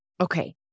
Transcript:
Okay